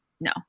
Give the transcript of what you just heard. no